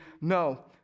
No